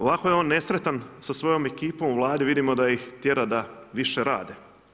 Ovako je on nesretan sa svojom ekipom u Vladi, vidimo da ih tjera da više rade.